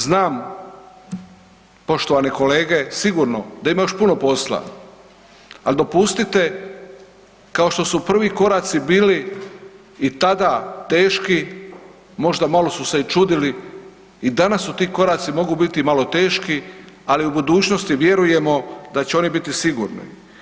Znam poštovane kolege sigurno da ima još puno posla, al dopustite kao što su prvi koraci bili i tada teški možda malo su se i čudili i danas su ti koraci mogu biti i malo teški, ali u budućnosti vjerujemo da će oni biti sigurni.